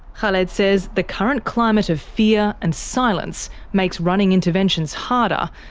khaled says the current climate of fear and silence makes running interventions harder,